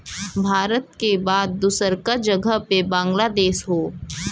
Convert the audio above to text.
भारत के बाद दूसरका जगह पे बांग्लादेश हौ